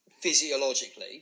physiologically